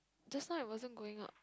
just now I wasn't going out